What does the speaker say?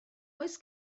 oes